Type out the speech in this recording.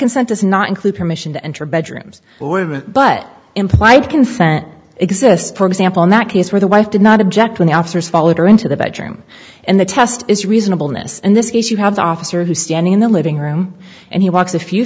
does not include permission to enter bedrooms but implied consent exists for example in that case where the wife did not object when the officers followed her into the bedroom and the test is reasonable miss in this case you have the officer who's standing in the living room and he walks a few